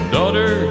Daughter